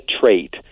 trait